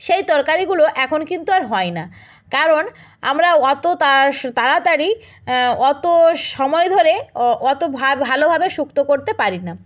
সেই তরকারিগুলো এখন কিন্তু আর হয় না কারণ আমরা অতো তাড়াতাড়ি অতো সময় ধরে অতো ভালোভাবে সুক্ত করতে পারি না